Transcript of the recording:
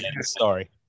Sorry